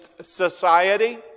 society